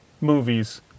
movies